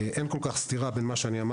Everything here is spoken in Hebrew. אין כל כך סתירה בין מה שאמרתי.